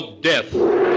death